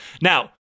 Now